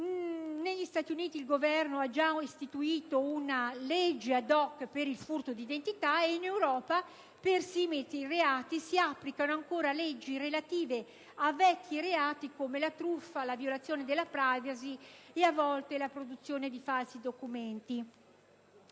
Negli Stati Uniti, il Governo ha già varato una legge *ad hoc* per il furto di identità. In Europa, invece, per simili reati si applicano ancora leggi relative a vecchi reati, quali truffa, violazione della *privacy* e, a volte, produzione di falsi documenti.